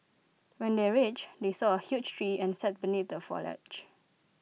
when they reached they saw A huge tree and sat beneath the foliage